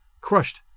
crushed